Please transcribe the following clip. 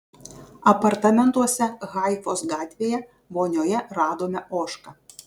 apartamentuose haifos gatvėje vonioje radome ožką